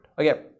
okay